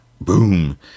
boom